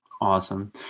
Awesome